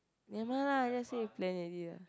never mind lah just say you plan already lah